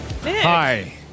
hi